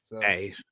hey